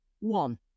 One